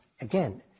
Again